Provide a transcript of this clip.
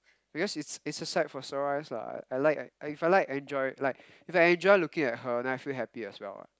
because it's it's a sight for sore eyes lah I I like if I like enjoy like if I enjoy looking at her then I feel happy as well [what]